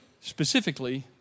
specifically